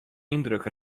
yndruk